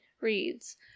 reads